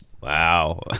Wow